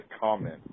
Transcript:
comment